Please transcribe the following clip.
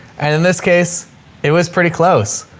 and in this case it was pretty close.